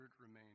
remained